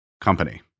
company